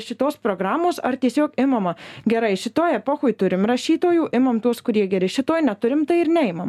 šitos programos ar tiesiog imama gerai šitoj epochoj turim rašytojų imam tuos kurie geri šitoj neturim tai ir neimam